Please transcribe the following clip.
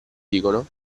dicono